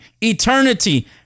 eternity